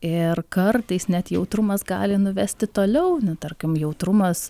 ir kartais net jautrumas gali nuvesti toliau na tarkim jautrumas